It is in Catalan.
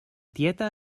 tieta